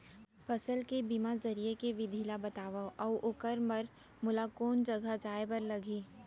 फसल के बीमा जरिए के विधि ला बतावव अऊ ओखर बर मोला कोन जगह जाए बर लागही?